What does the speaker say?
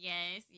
Yes